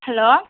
hello